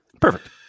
Perfect